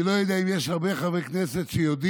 אני לא יודע אם יש הרבה חברי כנסת שיודעים